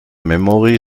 memory